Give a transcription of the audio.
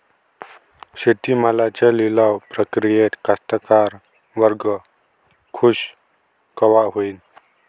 शेती मालाच्या लिलाव प्रक्रियेत कास्तकार वर्ग खूष कवा होईन?